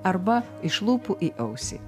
arba iš lūpų į ausį